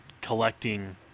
collecting